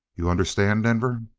you understand, denver?